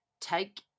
Take